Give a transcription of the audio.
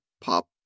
pop